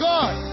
God